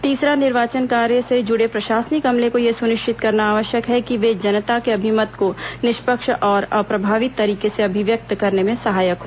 तीसरा निर्वाचन कार्य से जुड़े प्रशासनिक अमले को यह सुनिश्चित करना आवश्यक है कि वे जनता के अभिमत को निष्पक्ष और अप्रभावित तरीके से अभिव्यक्त करने में सहायक हो